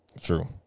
true